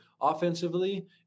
offensively